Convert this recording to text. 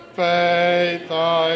faith